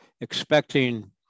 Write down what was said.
expecting